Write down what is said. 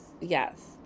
yes